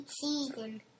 season